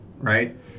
Right